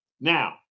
Now